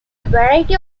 variety